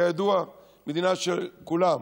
כידוע מדינה לכולם.